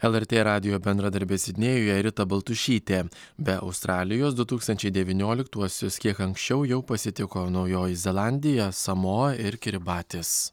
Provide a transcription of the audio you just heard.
lrt radijo bendradarbė sidnėjuje rita baltušytė be australijos du tūkstančiai devynioliktuosius kiek anksčiau jau pasitiko naujoji zelandija samoa ir kiribatis